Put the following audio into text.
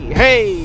hey